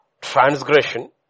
transgression